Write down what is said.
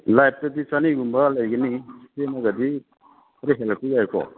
ꯂꯥꯏꯐꯇꯗꯤ ꯆꯅꯤꯒꯨꯝꯕ ꯂꯩꯒꯅꯤ ꯁꯦꯝꯃꯒꯗꯤ ꯈꯔ ꯍꯦꯜꯂꯛꯄ ꯌꯥꯏꯀꯣ